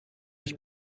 ich